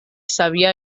sabia